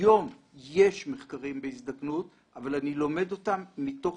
היום יש מחקרים בהזדקנות, אבל אני לומד אותם מתוך